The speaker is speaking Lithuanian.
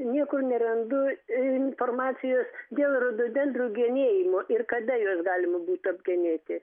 niekur nerandu informacijos dėl rododendrų genėjimo ir kada juos galima būtų apgenėti